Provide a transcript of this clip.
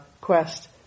quest